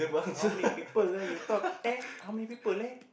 how many people lah you talk eh how many people eh